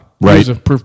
Right